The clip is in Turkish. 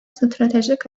stratejik